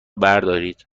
بردارید